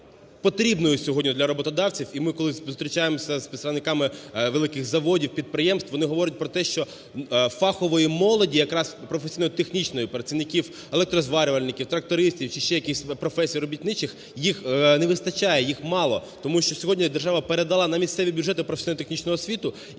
потрібною сьогодні для роботодавців… і ми, коли зустрічаємося з представниками великих заводів, підприємств, вони говорять про те, що фахової молоді якраз професійно-технічної, працівників електрозварювальників, трактористів чи ще якихось професій робітничих, їх не вистачає, їх мало. Тому що сьогодні держава передала на місцеві бюджети професійно-технічну освіту, і вони